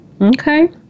Okay